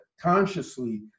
consciously